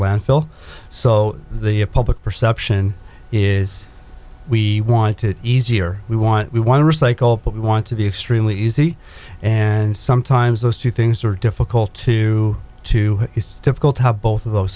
landfill so the public perception is we want to easier we want we want to recycle but we want to be extremely easy and sometimes those two things are difficult to to it's difficult to have both of those